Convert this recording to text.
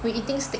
we eating steak